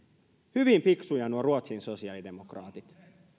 hyvin fiksuja nuo ruotsin sosiaalidemokraatit